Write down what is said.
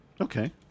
Okay